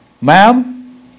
Ma'am